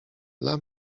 dla